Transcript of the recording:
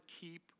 keep